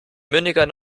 mündiger